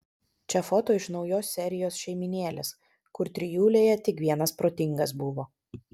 čia foto iš naujos serijos šeimynėlės kur trijulėje tik vienas protingas buvo